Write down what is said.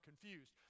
confused